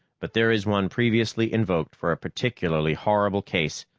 but there is one previously invoked for a particularly horrible case,